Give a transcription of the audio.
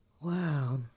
Wow